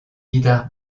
guitare